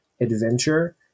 adventure